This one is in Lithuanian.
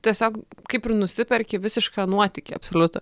tiesiog kaip ir nusiperki visišką nuotykį absoliutų